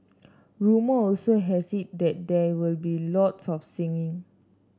rumour also has it that there will be lots of singing